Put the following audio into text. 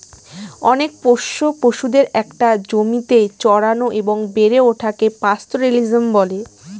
অনেক পোষ্য পশুদের একটা জমিতে চড়ানো এবং বেড়ে ওঠাকে পাস্তোরেলিজম বলে